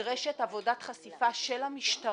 ולכן נדרשת עבודת חשיפה של המשטרה,